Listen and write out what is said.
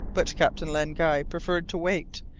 but captain len guy preferred to wait,